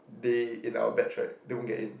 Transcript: they in our batch right they won't get in